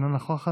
אינה נוכחת,